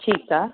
ठीकु आहे